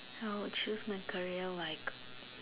I would choose my career like